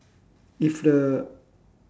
if the